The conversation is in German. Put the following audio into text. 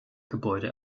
gebäude